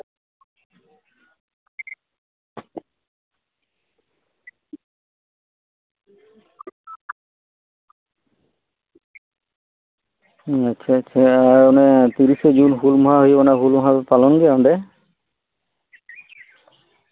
ᱟᱪᱪᱷᱟ ᱟᱪᱪᱷᱟ ᱚᱱᱮ ᱛᱤᱨᱤᱥᱟ ᱡᱩᱱ ᱦᱩᱞ ᱢᱟᱦᱟ ᱦᱩᱭᱩᱜᱼᱟ ᱚᱱᱟ ᱦᱩᱞ ᱢᱟᱦᱟ ᱯᱮ ᱯᱟᱞᱚᱱ ᱜᱮᱭᱟᱯᱮ ᱚᱸᱰᱮ